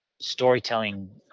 storytelling